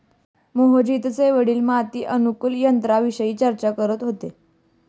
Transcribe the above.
मोहजितचे वडील माती अनुकूलक यंत्राविषयी चर्चा करत होते